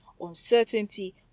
uncertainty